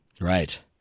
Right